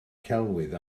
celwydd